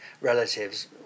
relatives